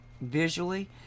visually